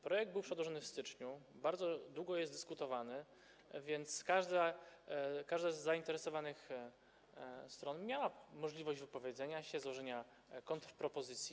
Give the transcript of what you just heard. Projekt był przedłożony w styczniu, bardzo długo się nad nim dyskutuje, więc każda z zainteresowanych stron miała możliwość wypowiedzenia się, złożenia kontrpropozycji.